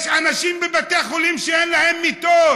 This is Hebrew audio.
יש אנשים בבתי חולים שאין להם מיטות.